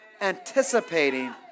anticipating